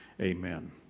Amen